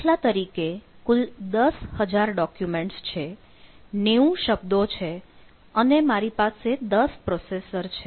દાખલા તરીકે કુલ 10000 ડોક્યુમેન્ટ્સ છે 90 શબ્દો છે અને મારી પાસે 10 પ્રોસેસર છે